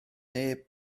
neb